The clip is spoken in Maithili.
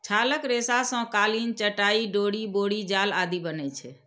छालक रेशा सं कालीन, चटाइ, डोरि, बोरी जाल आदि बनै छै